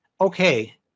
okay